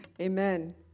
Amen